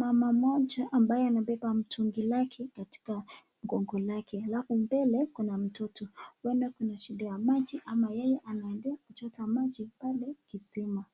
Mama mmoja ambaye anabeba mtungi lake katika mgongo lake, halafu mbele kuna mtoto, huenda kuna shida ya maji ama yeye anaendea kuchota maji pale kisima